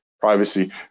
privacy